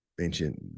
ancient